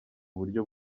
buryo